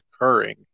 occurring